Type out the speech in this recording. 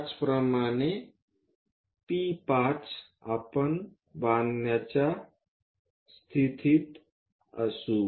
त्याचप्रमाणे P5 आपण ते बांधण्याच्या स्थितीत असू